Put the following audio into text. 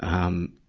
um,